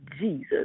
Jesus